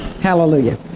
hallelujah